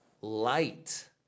light